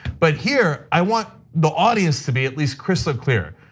but here, i want the audience to be at least crystal clear.